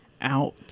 out